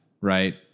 right